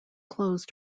close